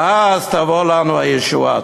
ואז תבוא לנו הישועה.